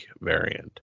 variant